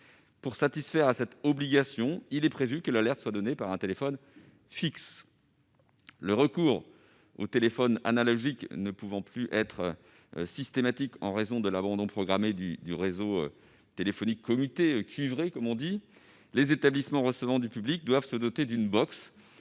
Pour se conformer à cette obligation, il est prévu que l'alerte soit assurée par un téléphone fixe. Le recours au téléphone analogique ne pouvant plus être systématique en raison de l'abandon programmé du réseau téléphonique commuté, ou « cuivré », comme on dit, les établissements recevant du public doivent se doter d'une box